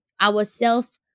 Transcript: ourself